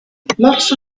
lots